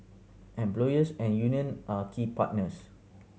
employers and union are key partners